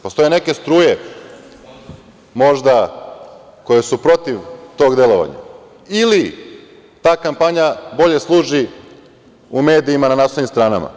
Postoje neke struje možda koje su protiv tog delovanja ili ta kampanja bolje služi u medijima na naslovnim stranama.